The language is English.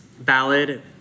ballad